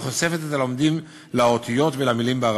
וחושפת את הלומדים לאותיות ולמילים בערבית.